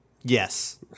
Yes